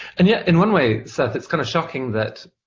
and yet, in one way, seth, it's kind of shocking that